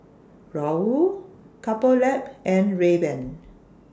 Raoul Couple Lab and Rayban